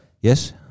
Yes